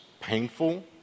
painful